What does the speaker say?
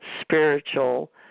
spiritual